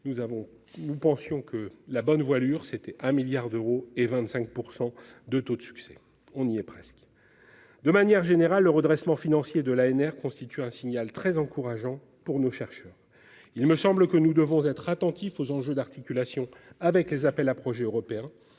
pour bien régler la voilure, il fallait 1 milliard d'euros et 25 % de taux de succès- on y est presque. De manière générale, le redressement financier de l'ANR constitue un signal très encourageant pour nos chercheurs. Il me semble que nous devons être attentifs aux enjeux d'articulation avec les appels à projets européens,